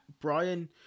Brian